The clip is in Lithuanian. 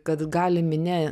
kad gali minia